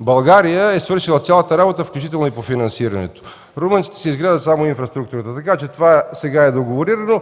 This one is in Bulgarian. България е свършила цялата работа, включително и по финансирането. Румънците са изграждали само инфраструктурата. Така че това сега е договорирано.